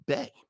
Bay